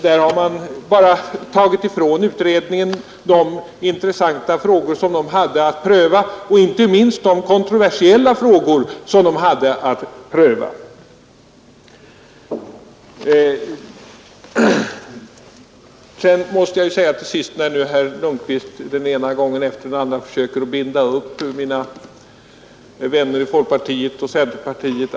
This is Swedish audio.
Man har helt enkelt tagit från utredningen de intressanta och inte minst de kontroversiella frågor som den hade att pröva. Herr Lundkvist försöker den ena gången efter den andra att binda upp mina vänner i folkpartiet och centerpartiet.